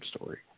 story